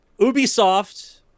Ubisoft